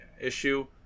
issue